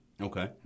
Okay